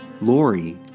Lori